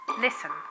listen